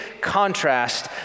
contrast